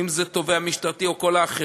אם זה תובע משטרתי או כל האחרים,